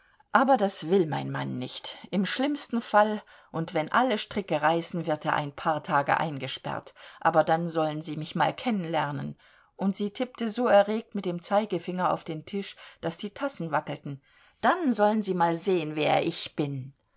aber das will mein mann nicht im schlimmsten fall und wenn alle stricke reißen wird er ein paar tage eingesperrt aber dann sollen sie mich mal kennen lernen und sie tippte so erregt mit dem zeigefinger auf den tisch daß die tassen wackelten dann sollen sie mal sehen wer ich bin